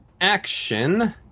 action